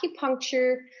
acupuncture